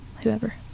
whoever